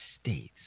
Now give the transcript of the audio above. States